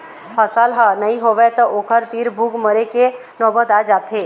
फसल ह नइ होवय त ओखर तीर भूख मरे के नउबत आ जाथे